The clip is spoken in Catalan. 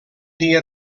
dia